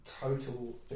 Total